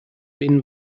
been